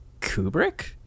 kubrick